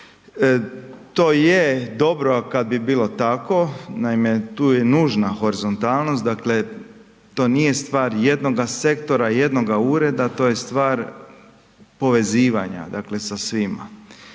To je dobro kad bi bilo tako, naime, tu je nužna horizontalnost, dakle, to nije stvar jednoga sektora, jednoga ureda, to je stvar povezivanja dakle,